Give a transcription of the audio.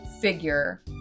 figure